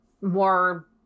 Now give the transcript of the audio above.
more